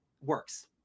works